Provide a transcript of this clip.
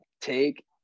take